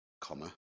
comma